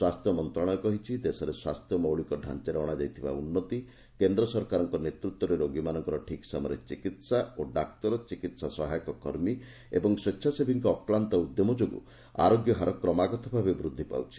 ସ୍ୱାସ୍ଥ୍ୟ ମନ୍ତ୍ରଣାଳୟ କହିଛି ଦେଶରେ ସ୍ୱାସ୍ଥ୍ୟ ମୌଳିକଡାଞ୍ଚାରେ ଅଣାଯାଇଥିବା ଉନ୍ନତି କେନ୍ଦ୍ର ସରକାରଙ୍କ ନେତୃତ୍ୱରେ ରୋଗୀମାନଙ୍କର ଠିକ୍ ସମୟରେ ଚିକିତ୍ସା ଓ ଡାକ୍ତର ଚିକିତ୍ସା ସହାୟକ କର୍ମୀ ଓ ସ୍ୱେଚ୍ଛାସେବୀମାନଙ୍କ ଅକ୍ଲାନ୍ତ ଉଦ୍ୟମ ଯୋଗୁଁ ଆରୋଗ୍ୟ ହାର କ୍ରମାଗତଭାବେ ବୃଦ୍ଧି ପାଉଛି